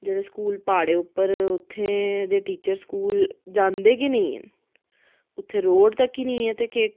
जेह्डे़ स्कूल प्हाडे़ं उप्पर उत्थै ते स्कूल जंदे गै नेईं ऐन उत्थै रोड़ तक गै नेईं ऐ